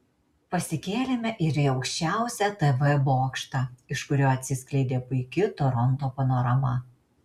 pasikėlėme ir į aukščiausią tv bokštą iš kurio atsiskleidė puiki toronto panorama